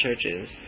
churches